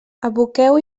aboqueu